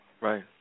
Right